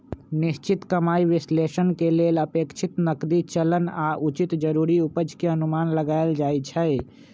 निश्चित कमाइ विश्लेषण के लेल अपेक्षित नकदी चलन आऽ उचित जरूरी उपज के अनुमान लगाएल जाइ छइ